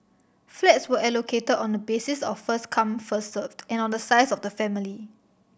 flats were allocated on the basis of first come first served and on the size of the family